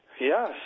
Yes